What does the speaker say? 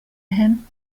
him